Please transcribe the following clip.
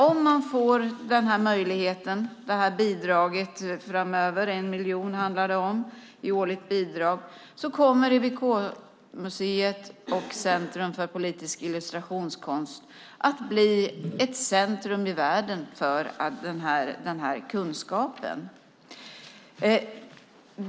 Om man får den här möjligheten och bidraget framöver - det handlar om 1 miljon i årligt bidrag - kommer EWK-museet Centrum för politisk illustrationskonst att bli ett centrum i världen för den här kunskapen.